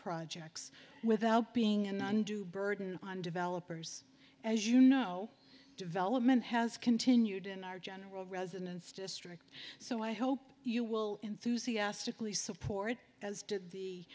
projects without being an undue burden on developers as you know development has continued in our general residence district so i hope you will enthusiastically support as did the